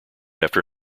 after